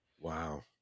Wow